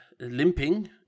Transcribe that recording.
limping